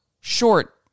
Short